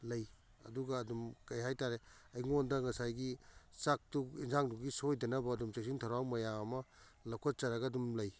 ꯂꯩ ꯑꯗꯨꯒ ꯑꯗꯨꯝ ꯀꯩ ꯍꯥꯏꯇꯥꯔꯦ ꯑꯩꯉꯣꯟꯗ ꯉꯁꯥꯏꯒꯤ ꯆꯥꯛꯇꯨ ꯌꯦꯟꯁꯥꯡꯗꯨꯒꯤ ꯁꯣꯏꯗꯅꯕ ꯑꯗꯨꯝ ꯆꯦꯛꯁꯤꯟ ꯊꯧꯔꯥꯡ ꯃꯌꯥꯝ ꯑꯃ ꯂꯧꯈꯠꯆꯔꯒ ꯑꯗꯨꯝ ꯂꯩ